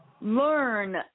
learn